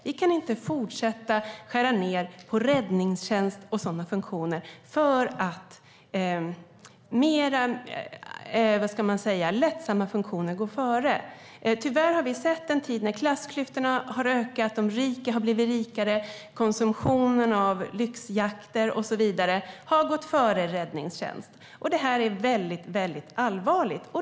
Vi kan inte fortsätta skära ned på räddningstjänst och sådana funktioner för att låta mer lättsamma funktioner gå före. Tyvärr har vi sett en tid när klassklyftorna har ökat. De rika har blivit rikare. Konsumtionen av lyxjakter och liknande har gått före räddningstjänst. Det är väldigt allvarligt.